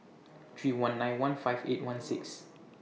three one nine one five eight one six